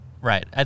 right